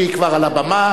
שהיא כבר על הבמה.